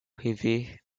rever